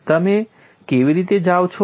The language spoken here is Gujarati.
તમે કેવી રીતે જાઓ છો